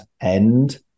end